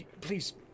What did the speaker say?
please